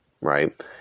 right